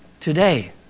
today